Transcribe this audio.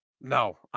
No